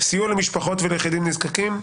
סיוע למשפחות וליחידים נזקקים?